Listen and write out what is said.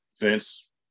Vince